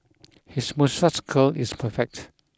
his moustache curl is perfect